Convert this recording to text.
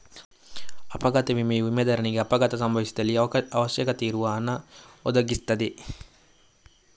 ಅಪಘಾತ ವಿಮೆಯು ವಿಮೆದಾರನಿಗೆ ಅಪಘಾತ ಸಂಭವಿಸಿದಲ್ಲಿ ಅವಶ್ಯಕತೆ ಇರುವ ಹಣ ಒದಗಿಸ್ತದೆ